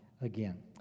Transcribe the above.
again